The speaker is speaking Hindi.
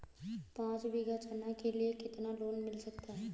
पाँच बीघा चना के लिए कितना लोन मिल सकता है?